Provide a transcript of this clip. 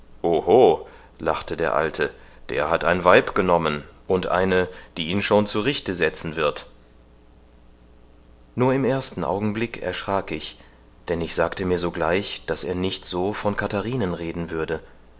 lachte der alte der hat ein weib genommen und eine die ihn schon zu richte setzen wird nur im ersten augenblick erschrak ich denn ich sagte mir sogleich daß er nicht so von katharinen reden würde